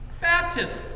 Baptism